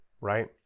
right